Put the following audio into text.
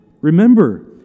Remember